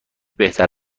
بهتر